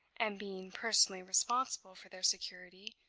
and being personally responsible for their security,